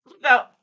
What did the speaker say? No